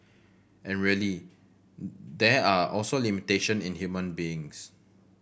and really there are also limitation in human beings